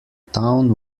town